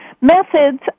methods